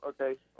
okay